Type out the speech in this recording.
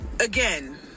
again